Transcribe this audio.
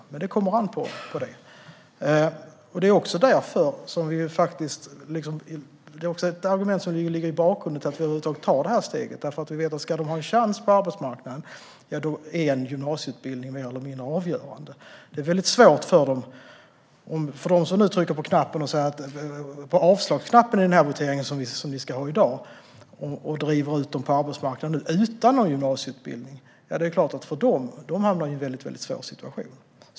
Men det kommer an på det. Ett argument som ligger bakom att vi över huvud taget tar det här steget är att en gymnasieutbildning är avgörande för att man ska ha en chans på arbetsmarknaden. De som nu trycker på avslagsknappen i den votering som vi ska ha i dag och därmed driver ut dessa personer på arbetsmarknaden utan gymnasieutbildning bidrar till att de hamnar i en väldigt svår situation.